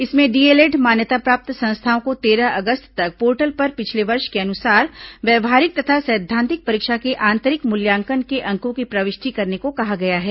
इसमें D El Ed मान्यता प्राप्त संस्थाओं को तेरह अगस्त तक पोर्टल पर पिछले वर्ष के अनुसार व्यावहारिक तथा सैद्वांतिक परीक्षा के आंतरिक मूल्यांकन के अंकों की प्रविष्टि करने को कहा गया है